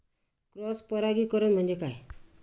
Cross परागीकरण म्हणजे काय?